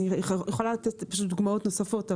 אני יכולה לתת פשוט דוגמאות נוספות,